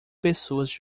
pessoas